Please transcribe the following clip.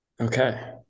Okay